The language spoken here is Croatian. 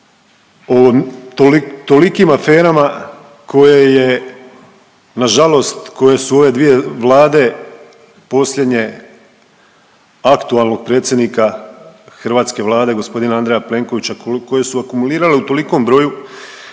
koje je nažalost koje su ove dvije vlade posljednje aktualnog predsjednika hrvatske Vlade gospodina Andreja Plenkovića koje su akumulirate u tolikom broju